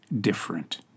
different